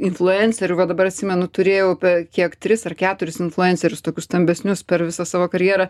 influencerių va dabar atsimenu turėjau e kiek tris ar keturis influencerius tokius stambesnius per visą savo karjerą